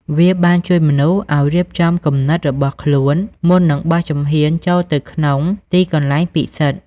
វាបានជួយមនុស្សឲ្យរៀបចំចិត្តគំនិតរបស់ខ្លួនមុននឹងបោះជំហានចូលទៅក្នុងទីកន្លែងពិសិដ្ឋ។